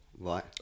Right